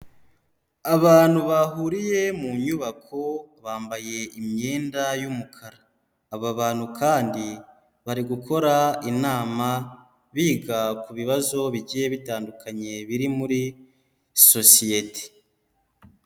Abantu bahuriye mu nyubako bambaye imyenda y'umukara, aba bantu kandi bari gukora inama biga kubibazo bigiye bitandukanye biri muri sosiyete.